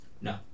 No